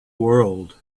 world